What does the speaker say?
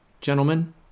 Gentlemen